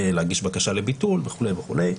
להגיש בקשה לביטול וכו' וכו'.